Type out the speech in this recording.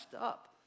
up